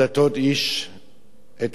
איש את רעהו,